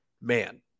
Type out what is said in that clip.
man